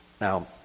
Now